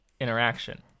interaction